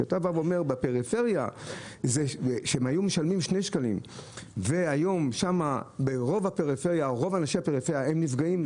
אם אתה אומר שבפריפריה שילמו 2 שקלים והיום רוב אנשי הפריפריה נפגעים,